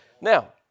Now